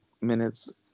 minutes